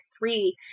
three